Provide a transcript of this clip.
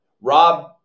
Rob